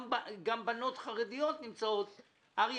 גם בנות חרדיות נמצאות בהסדר הזה.